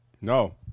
No